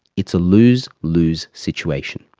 it's a lose lose situation.